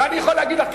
ואני יכול להגיד לך,